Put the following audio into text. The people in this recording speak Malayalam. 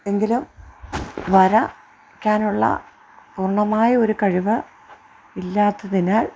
എങ്കിലും വരക്കാനുള്ള പൂർണ്ണമായ ഒരു കഴിവ് ഇല്ലാത്തതിനാൽ